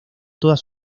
todas